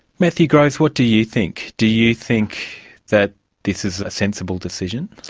matthew groves, what do you think? do you think that this is a sensible decision?